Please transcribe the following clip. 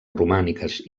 romàniques